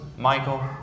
Michael